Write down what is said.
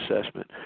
Assessment